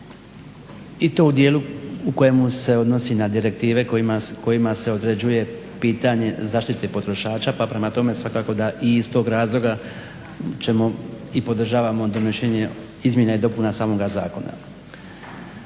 i to u dijelu u kojima se odnosi na direktive kojima se određuje pitanje zaštite potrošača pa prema tome svakako da i iz tog razloga podržavamo donošenje izmjena i dopuna samoga zakona.